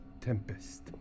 Tempest